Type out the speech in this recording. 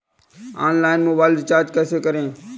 Online mobile recharge कैसे करें?